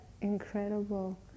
incredible